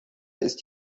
ist